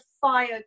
fire